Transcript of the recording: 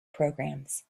programs